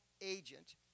agent